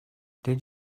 did